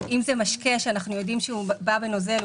אם זה משקה שאנחנו יודעים שבא בנוזל,